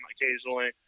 occasionally